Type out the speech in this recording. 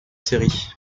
série